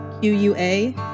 Q-U-A